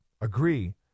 agree